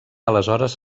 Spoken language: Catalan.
aleshores